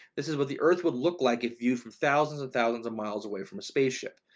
this is what the earth would look like, if you from thousands and thousands of miles away from a spaceship.